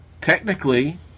technically